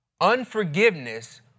Unforgiveness